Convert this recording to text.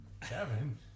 Kevin